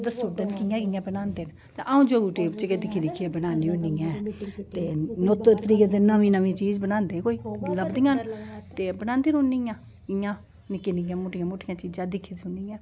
दसूड़दे कि कियां कियां बनांदे न अऊं यूटयूब पर गै दिक्खी दिक्खी बनान्नी होनियां ते त्रीए दिन कोई नमीं नमीं चीज बनांदे कोई ते बनांदी रौह्नियां इयां निक्कियां निक्कियां मुटटियां चीजां